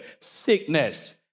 Sickness